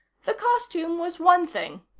the costume was one thing,